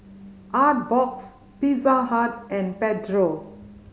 Artbox Pizza Hut and Pedro